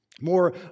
more